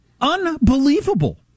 Unbelievable